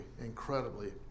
incredibly